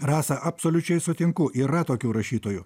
rasa absoliučiai sutinku yra tokių rašytojų